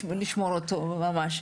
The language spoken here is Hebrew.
צריך לשמור אותו ממש.